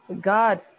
God